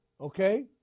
Okay